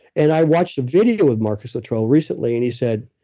and i watched the video with marcus luttrell recently and he said,